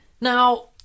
Now